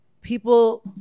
people